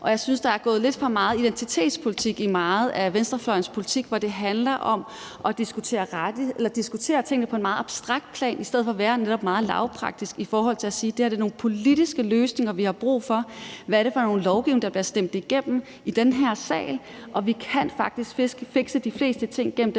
og jeg synes, der er gået lidt for meget identitetspolitik i meget af venstrefløjens politik, hvor det handler om at diskutere tingene på et meget abstrakt plan i stedet for netop at være meget lavpraktisk i forhold til at sige, at det er nogle politiske løsninger, vi har brug for, og se på, hvad det er for noget lovgivning, der bliver stemt igennem i den her sal. Vi kan faktisk fikse de fleste ting gennem den